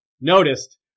noticed